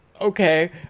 Okay